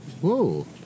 Whoa